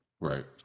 Right